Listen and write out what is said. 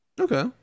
Okay